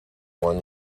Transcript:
one